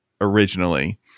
originally